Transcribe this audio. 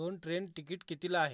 दोन train ticket कितीला आहे